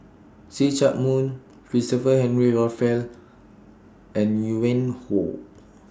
See Chak Mun Christopher Henry Rothwell and YOU Win Hoe